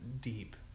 deep